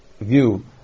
view